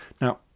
Now